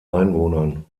einwohnern